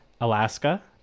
Alaska